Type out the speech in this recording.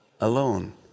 alone